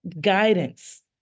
guidance